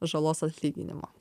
žalos atlyginimo